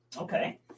Okay